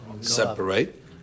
separate